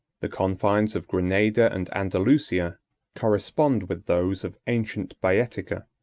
the confines of grenada and andalusia correspond with those of ancient baetica.